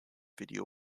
video